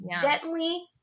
gently